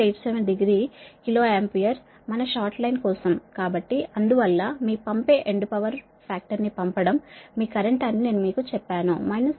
87 degree kilo ampere మన short line కోసం కాబట్టి అందువల్ల మీ పంపే ఎండ్ పవర్ ఫాక్టర్ ని పంపడం మీ కరెంట్ అని నేను మీకు చెప్పాను మైనస్ 36